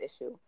issue